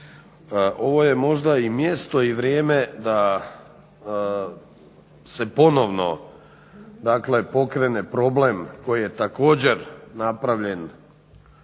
Ovo je možda i mjesto i vrijeme da se ponovno pokrene problem koji je također napravljen